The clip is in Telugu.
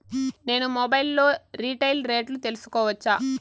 నేను మొబైల్ లో రీటైల్ రేట్లు తెలుసుకోవచ్చా?